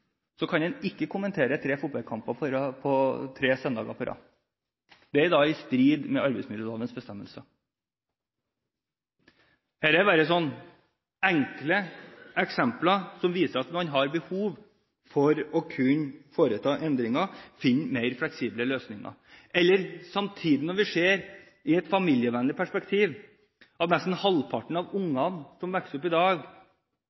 kan han ikke kommentere tre fotballkamper tre søndager på rad. Det er da i strid med arbeidsmiljølovens bestemmelser. Dette er bare enkle eksempler som viser at man har behov for å kunne foreta endringer, finne mer fleksible løsninger. Eller når vi samtidig i et familievennlig perspektiv ser at nesten halvparten av ungene som vokser opp i dag,